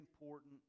important